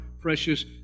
precious